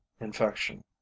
infection